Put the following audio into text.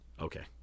Okay